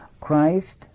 Christ